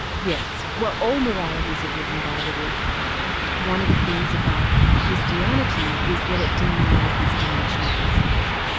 yes. well all moralities are driven by the will to power. one of the things about christianity is that it denies this dimension of itself.